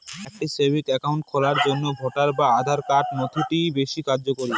একটা savings account খোলার জন্য ভোটার বা আধার কোন নথিটি বেশী কার্যকরী?